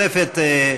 השאלה הנוספת: